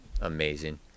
Amazing